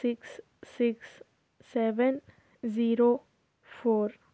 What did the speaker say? six six seven zero four